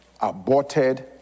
aborted